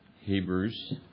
Hebrews